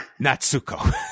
Natsuko